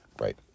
right